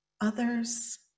others